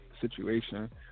situation